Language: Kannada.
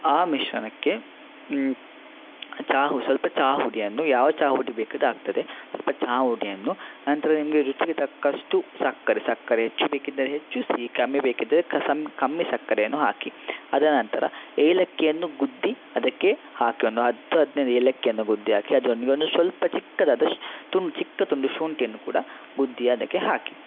ಆ ಮಿಶ್ರಣಕ್ಕೆ ಚ ಸ್ವಲ್ಪ ಚ ಹುಡಿಯನ್ನು ಯಾವ ಚಾ ಹುಡಿ ಬೇಕಿದ್ದರೆ ಆಗ್ತದೆ ಚ ಹುಡಿಯನ್ನು ನಂತರ ನಿಮಗೆ ರುಚಿಗೆ ತಕ್ಕಷ್ಟು ಸಕ್ಕರೆ ಸಕ್ಕರೆ ಹೆಚ್ಚು ಬೇಕಿದ್ದರೆ ಹೆಚ್ಚು ಸಿಹಿ ಕಮ್ಮಿ ಬೇಕಿದ್ದರೆ ಕಸ ಕಮ್ಮಿ ಸಕ್ಕರೆಯನ್ನು ಹಾಕಿ ಅದರ ನಂತರ ಏಲಕ್ಕಿಯನ್ನು ಗುದ್ದಿ ಅದಕ್ಕೆ ಹಾಕನ್ನು ಹತ್ತು ಹದಿನೈದು ಏಲಕ್ಕಿಯನ್ನು ಗುದ್ದಿ ಹಾಕಿ ಅದಕ್ಕೊಂದು ಸ್ವಲ್ಪ ಚಿಕ್ಕದಾದ ತುಂಡು ಚಿಕ್ಕ ಶುಂಠಿಯನ್ನು ಕೂಡ ಗುದ್ದಿ ಅದಕ್ಕೆ ಹಾಕಿ